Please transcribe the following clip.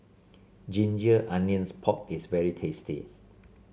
Ginger Onions Pork is very tasty